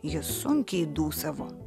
jis sunkiai dūsavo